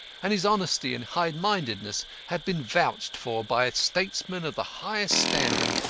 and his honesty and highmindedness had been vouched for by statesmen of the highest standing.